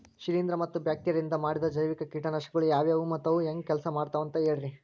ಶಿಲೇಂಧ್ರ ಮತ್ತ ಬ್ಯಾಕ್ಟೇರಿಯದಿಂದ ಮಾಡಿದ ಜೈವಿಕ ಕೇಟನಾಶಕಗೊಳ ಯಾವ್ಯಾವು ಮತ್ತ ಅವು ಹೆಂಗ್ ಕೆಲ್ಸ ಮಾಡ್ತಾವ ಅಂತ ಹೇಳ್ರಿ?